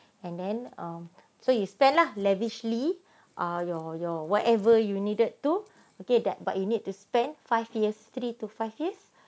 and then uh so you spend lavishly ah your your whatever you needed to okay that but you need to spend five years three to five years